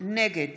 נגד